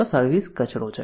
આ સર્વિસ કચરો છે